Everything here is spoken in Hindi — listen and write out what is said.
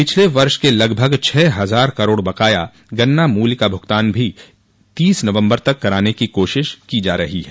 पिछले वर्ष के लगभग छह हजार करोड़ बकाया गन्ना मूल्य का भुगतान भी तीस नवम्बर तक कराने की कोशिश की जा रही है